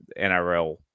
NRL